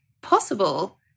possible